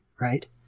Right